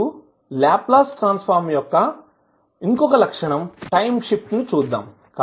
ఇప్పుడు Laplace transform యొక్క ఇంకొక లక్షణం టైం షిఫ్ట్ ని చూద్దాం